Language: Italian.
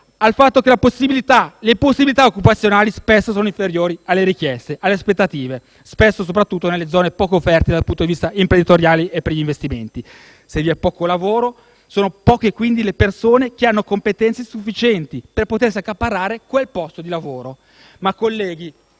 al fatto che le possibilità occupazionali spesso sono inferiori alle richieste, alle aspettative, soprattutto nelle zone poco fertili dal punto di vista imprenditoriale e per gli investimenti. Se vi è poco lavoro, sono poche le persone che hanno competenze sufficienti per potersi accaparrare quel posto di lavoro. Colleghi,